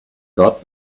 got